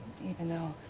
even though